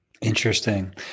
Interesting